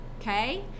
Okay